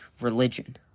religion